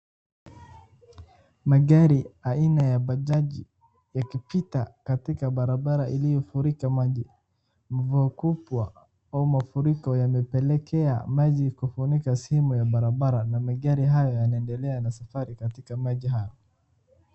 Magari aina ya bajaji yakipita katika barabara iliyofurika maji. Mvua kubwa au mafuriko yamepelekea maji kufunika sehemu ya barabara na mengine haya yanaendelea na safari katika maji hayo.